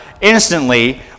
instantly